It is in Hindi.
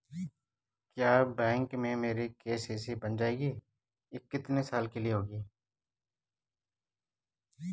क्या बैंक में मेरी के.सी.सी बन जाएगी ये कितने साल के लिए होगी?